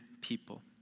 people